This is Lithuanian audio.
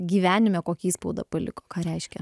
gyvenime kokį įspaudą paliko ką reiškia